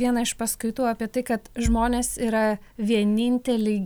vieną iš paskaitų apie tai kad žmonės yra vieninteliai